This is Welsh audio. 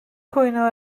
cwyno